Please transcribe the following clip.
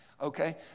Okay